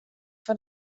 fan